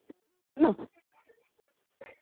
है ना